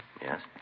Yes